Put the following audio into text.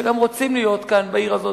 שגם הם רוצים להיות כאן בעיר הזאת,